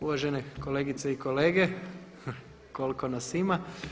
Uvažene kolegice i kolege, koliko nas ima.